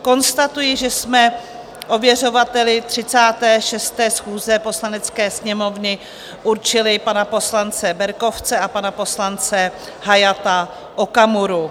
Konstatuji, že jsme ověřovateli 36. schůze Poslanecké sněmovny určili pana poslance Berkovce a pana poslance Hayata Okamuru.